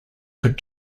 could